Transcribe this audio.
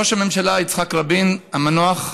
ראש הממשלה יצחק רבין המנוח,